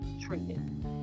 treated